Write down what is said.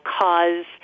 cause